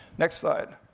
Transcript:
next slide.